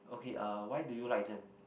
okay uh why do you like them